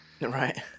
Right